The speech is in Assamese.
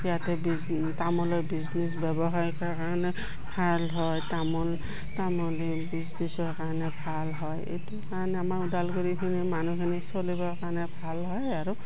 ইয়াতে বি তামোলৰ বিজনেছ ব্যৱসায় কৰা কাৰণে ভাল হয় তামোল তামলিৰ বিজনেছৰ কাৰণে ভাল হয় এইটো কাৰণে আমাৰ ওদালগুৰিখিনি মানুহখিনি চলিবৰ কাৰণে ভাল হয় আৰু